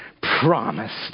Promised